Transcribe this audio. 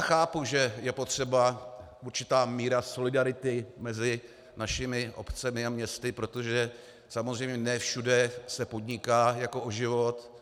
Chápu, že je potřeba určitá míra solidarity mezi našimi obcemi a městy, protože samozřejmě ne všude se podniká jako o život.